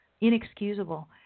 inexcusable